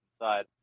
inside